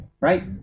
Right